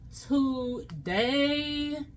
today